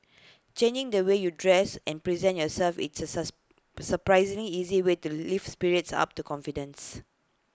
changing the way you dress and present yourself it's A surprisingly easy way to lift spirits up the confidence